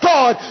God